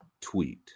tweet